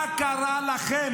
מה קרה לכם?